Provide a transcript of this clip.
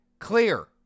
clear